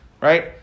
right